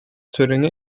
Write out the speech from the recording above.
töreni